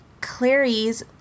Clary's